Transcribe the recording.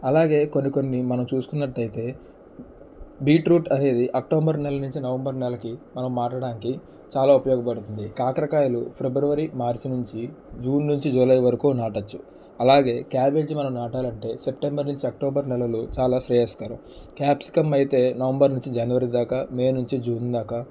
అలాగే కొన్ని కొన్ని మనం చూసుకున్నట్టయితే బీట్రూట్ అనేది అక్టోబర్ నెల నుంచి నవంబర్ నెలకి మనం మాట్లాడటానికి చాలా ఉపయోగపడుతుంది కాకరకాయలు ఫిబ్రవరి మార్చి నుంచి జూన్ నుంచి జూలై వరకు నాటవచ్చు అలాగే క్యాబేజ్ మనం నాటాలంటే సెప్టెంబర్ నుంచి అక్టోబర్ నెలలు చాలా శ్రేయస్కరం క్యాప్సికం అయితే నవంబర్ నుంచి జనవరి దాకా మే నుంచి జూన్ దాకా